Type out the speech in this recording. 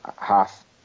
half